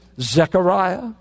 Zechariah